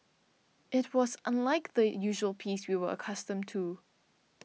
it was unlike the usual peace we were accustomed to